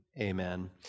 amen